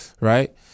Right